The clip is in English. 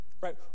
Right